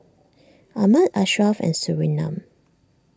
Ahmad Ashraff and Surinam